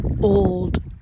old